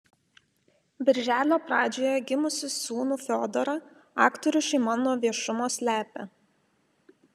birželio pradžioje gimusį sūnų fiodorą aktorių šeima nuo viešumo slepia